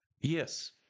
yes